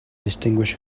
distinguish